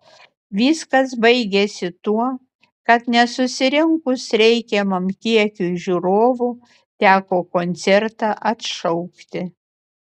viskas baigėsi tuo kad nesusirinkus reikiamam kiekiui žiūrovų teko koncertą atšaukti